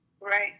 Right